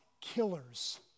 killers